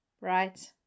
right